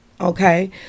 okay